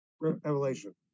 Revelation